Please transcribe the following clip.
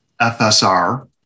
FSR